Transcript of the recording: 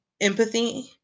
empathy